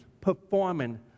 performing